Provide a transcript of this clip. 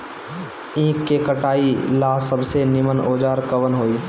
ईख के कटाई ला सबसे नीमन औजार कवन होई?